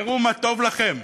תבחרו מה טוב לכם.